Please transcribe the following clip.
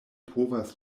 povas